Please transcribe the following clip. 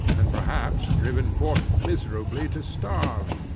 and perhaps driven forth miserably to starve.